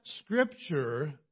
scripture